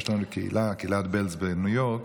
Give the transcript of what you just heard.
יש לנו קהילת בעלז בניו יורק,